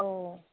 औ